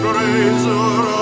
razor